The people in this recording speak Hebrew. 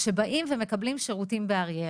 שבאים ומקבלים שירותים באריאל.